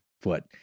foot